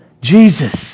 Jesus